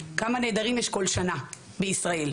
כמה נעדרים יש כל שנה בישראל?